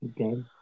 Okay